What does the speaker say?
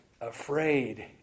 AFRAID